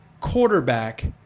Quarterback